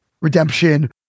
redemption